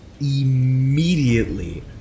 immediately